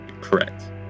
Correct